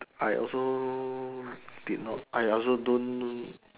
I also did not I also don't